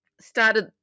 started